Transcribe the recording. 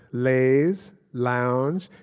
laze, lounge,